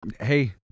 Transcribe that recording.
Hey